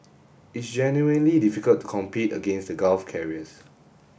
it's genuinely difficult to compete against the Gulf carriers